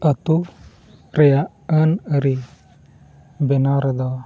ᱟᱛᱳ ᱨᱮᱱᱟᱜ ᱟᱹᱱᱼᱟᱹᱨᱤ ᱵᱮᱱᱟᱣ ᱨᱮᱫᱚ